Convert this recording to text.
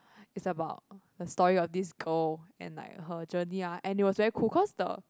it's about a story of this girl and like her journey ah and it was very cool because the